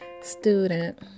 student